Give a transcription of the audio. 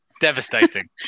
Devastating